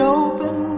open